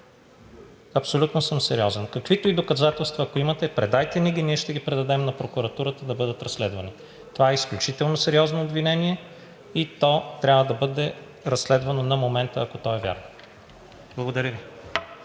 Абсолютно съм сериозен. Каквито и доказателства, ако имате, предайте ни ги, ние ще ги предадем на прокуратурата да бъдат разследвани. Това е изключително сериозно обвинение и то трябва да бъде разследвано на момента, ако то е вярно. Благодаря Ви.